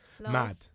Mad